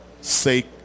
sake